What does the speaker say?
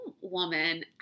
woman